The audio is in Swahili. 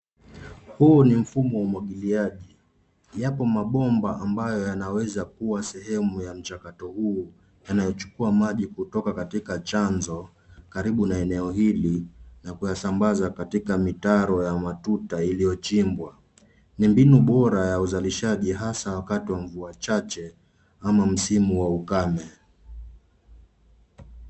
Huu ni mfumo wa umwagiliaji. Yapo mabomba ambayo yanaweza kuwa sehemu ya mchakato huu yanayochukua maji kutoka katika chanzo karibu na eneo hili na kuyasambaza katika mitaro ya matuta iliyochimbwa. Ni mbinu bora ya uzalishaji hasaa wakati wa mvua chache ama msimu wa ukame.